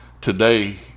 today